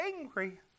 angry